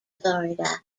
florida